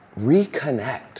Reconnect